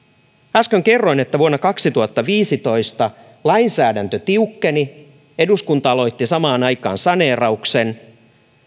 äsken kerroin että vuonna kaksituhattaviisitoista lainsäädäntö tiukkeni eduskunta aloitti samaan aikaan saneerauksen